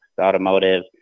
Automotive